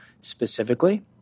specifically